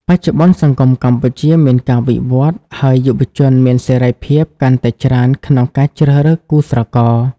បច្ចុប្បន្នសង្គមកម្ពុជាមានការវិវត្តន៍ ហើយយុវជនមានសេរីភាពកាន់តែច្រើនក្នុងការជ្រើសរើសគូស្រករ។